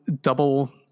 double